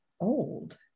old